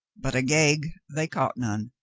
but agag they caught none,